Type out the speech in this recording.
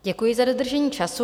Děkuji za dodržení času.